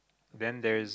then there is